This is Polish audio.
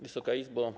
Wysoka Izbo!